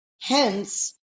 Hence